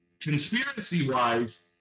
conspiracy-wise